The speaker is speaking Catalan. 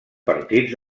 partits